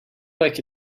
like